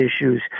issues